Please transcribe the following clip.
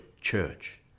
church